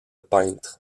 peintre